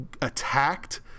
attacked